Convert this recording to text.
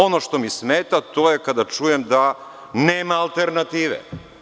Ono što mi smeta, to je kada čujem da nema alternative.